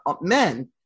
men